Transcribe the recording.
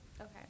Okay